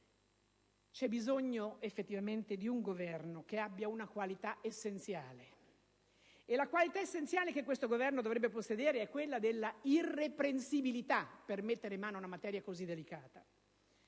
c'è bisogno effettivamente di un Governo che abbia una qualità essenziale: e la qualità essenziale che questo Governo dovrebbe possedere è quella della irreprensibilità, per mettere mano a una materia così delicata.